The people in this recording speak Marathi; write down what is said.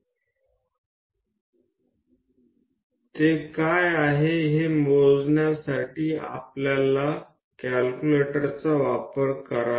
त्रिज्या काय हे मोजण्यासाठी आपल्या कॅल्क्युलेटरचा वापर करा